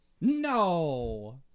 No